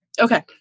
Okay